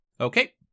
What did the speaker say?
Okay